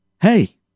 hey